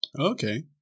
Okay